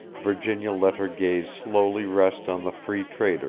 virginia let her gaze slowly rest on the free trader,